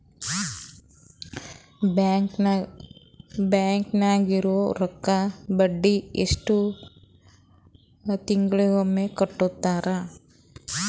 Bank ನಾಗಿರೋ ರೊಕ್ಕಕ್ಕ ಬಡ್ಡಿ ಎಷ್ಟು ತಿಂಗಳಿಗೊಮ್ಮೆ ಕೊಡ್ತಾರ?